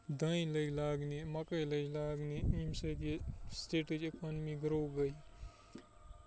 دانہِ لٔجۍ لاگنہِ مکٲے لٔجۍ لاگنہِ ییٚمہِ سۭتۍ یہِ سِٹیٹٕچ اِکانمی گروو گٔیٚے